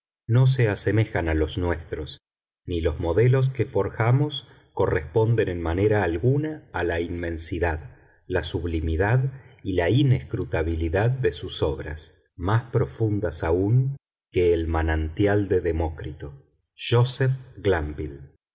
no se asemejan a los nuestros ni los modelos que forjamos corresponden en manera alguna a la inmensidad la sublimidad y la inescrutabilidad de sus obras más profundas aún que el manantial de demócrito jóseph